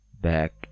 back